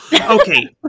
Okay